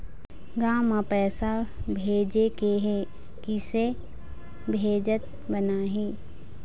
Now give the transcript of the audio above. गांव म पैसे भेजेके हे, किसे भेजत बनाहि?